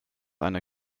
eine